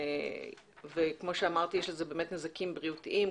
וכפי שאמרתי יש לזה נזקים בריאותיים,